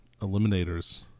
Eliminators